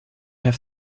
have